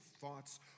thoughts